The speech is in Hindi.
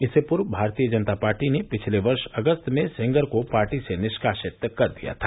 इससे पूर्व भारतीय जनता पार्टी ने पिछले वर्ष अगस्त में सेंगर को पार्टी से निष्कासित कर दिया था